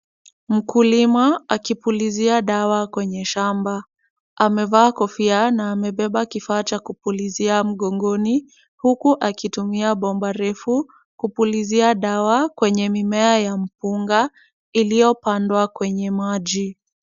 Mkulima akipulizia dawa kwenye shamba amevaa kofia na amebeba kifaa cha kupulizia mgongoni huku akitumia bomba refu kupulizia dawa kwenye mimea ya mkunga iliyopandwa kwenye maji.